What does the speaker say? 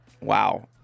Wow